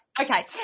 okay